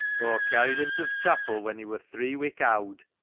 carried him to th' chapel when he wor three wik owd.